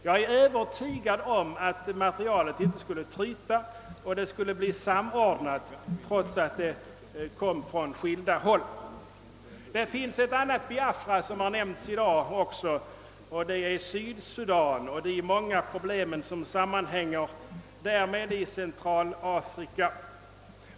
Jag är övertygad om att materialet inte skulle tryta och att det skulle bli en samordning trots att det kommer från skilda håll. Som nämnts i dag finns det också ett annat Biafra, nämligen Syd-Sudan och de många problem i Centralafrika som sammanhänger därmed.